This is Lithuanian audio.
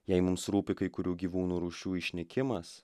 jei mums rūpi kai kurių gyvūnų rūšių išnykimas